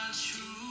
True